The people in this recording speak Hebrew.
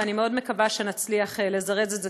ואני מאוד מקווה שנצליח לזרז את זה,